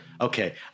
Okay